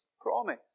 promise